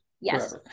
Yes